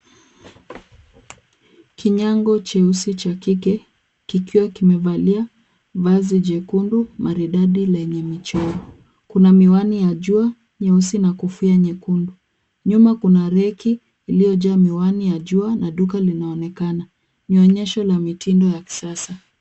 Kinyango cheusi cha kike kikiwa kimevalia vazi jekundu maridadi lenye michoro. Kuna miwani ya jua nyeusi na kofia nyekundu. Nyuma kuna reki iliyojaa miwani ya jua na duka linaonekana. Ni onyesho la mitindo ya kisasa.